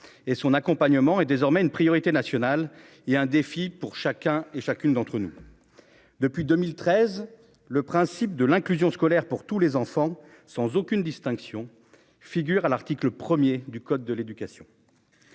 et son accompagnement est désormais une priorité nationale et un défi pour chacun et chacune d'entre nous. Depuis 2013, le principe de l'inclusion scolaire pour tous les enfants sans aucune distinction figure à l'article 1er du code de l'éducation.--